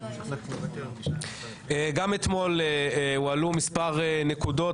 אנחנו חוזרים לוועדה המיוחדת לתיקוני חקיקה